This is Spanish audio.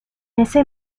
ese